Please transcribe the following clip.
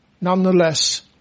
nonetheless